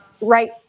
Right